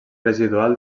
residual